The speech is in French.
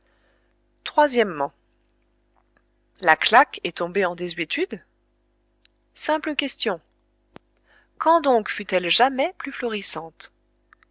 la claque est tombée en désuétude simple question quand donc fut-elle jamais plus florissante